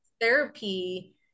therapy